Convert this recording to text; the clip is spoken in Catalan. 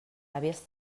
àvies